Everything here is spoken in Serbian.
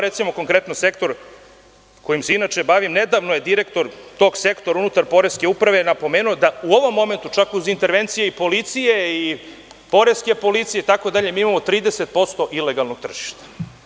Recimo, konkretno sektor kojim se inače bavim, nedavno je direktor tog sektora unutar poreske uprave napomenuo da u ovom momentu, čak uz intervencije i policije i poreske policije itd, mi imamo 30% ilegalnog tržišta.